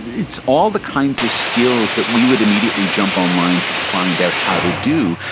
it's all the kinds of skills that we would immediately jump online to find out how to do,